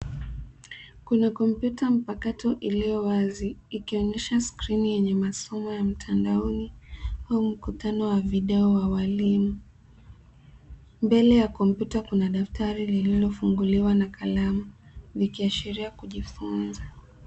Kuna kompyuta mpakato iliyowazi ikionyesha skrini yenye masomo ya mtandaoni au mkutano wa video wa walimu. Mbele ya kompyuta kuna daftari lililofunguliwa na kalamu vikiashiria kujifunza.